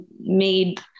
made